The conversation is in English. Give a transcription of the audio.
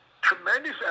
tremendous